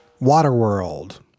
Waterworld